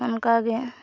ᱚᱱᱠᱟᱜᱮ